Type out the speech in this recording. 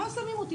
מה שמים אותי?